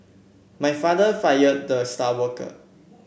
my father fired the star worker